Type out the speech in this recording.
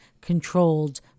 controlled